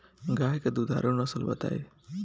गाय के दुधारू नसल बताई?